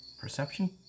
perception